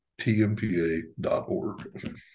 TMPA.org